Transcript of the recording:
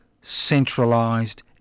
centralised